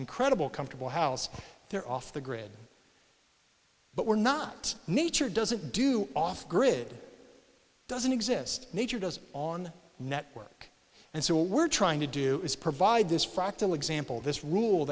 incredible comfortable house there off the grid but we're not nature doesn't do off grid doesn't exist nature does on network and so we're trying to do is provide this fractal example this rule